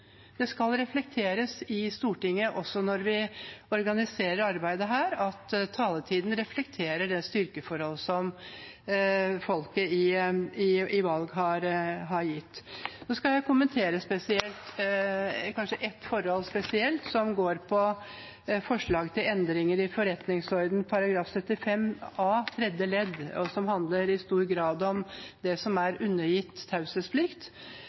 Det skal reflekteres i Stortinget også når vi organiserer arbeidet her, at taletiden reflekterer det styrkeforholdet som folket har gitt i valg. Nå skal jeg kommentere ett forhold spesielt, som går på forslag til endringer i forretningsordenens § 75 a tredje ledd, som i stor grad handler om det som er undergitt